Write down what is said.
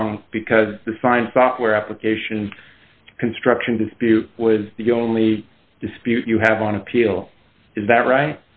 wrong because the fine software application construction dispute was the only dispute you have on appeal is that right